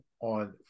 on